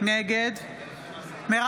נגד מרב